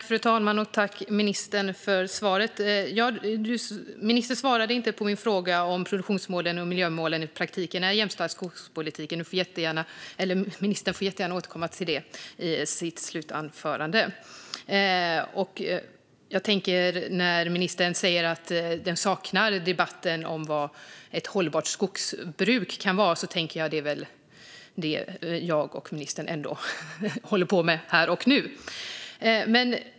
Fru talman! Tack för svaret, ministern! Ministern svarade inte på min fråga om produktionsmålen och miljömålen i praktiken är jämställda skogspolitiken. Ministern får jättegärna återkomma till det i sitt slutanförande. När ministern säger att hon saknar debatten om vad ett hållbart skogsbruk kan vara tänker jag att det väl ändå är det ministern och jag håller på med här och nu.